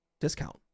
discount